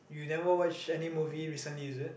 you never watch any movie recently is it